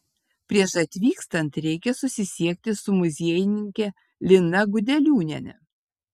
prieš atvykstant reikia susisiekti su muziejininke lina gudeliūniene